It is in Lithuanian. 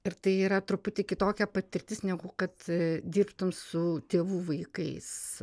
ir tai yra truputį kitokia patirtis negu kad dirbtum su tėvų vaikais